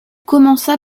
commença